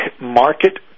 market